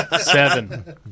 Seven